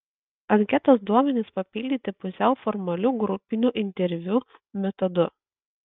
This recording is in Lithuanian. anketos duomenys papildyti pusiau formalių grupinių interviu metodu